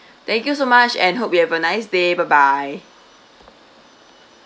thank you so much and hope you have a nice day bye bye